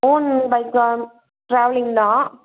own பைக்கு தான் travelling தான்